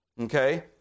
okay